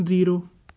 zero